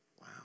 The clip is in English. Wow